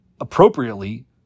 appropriately